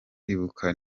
ibuka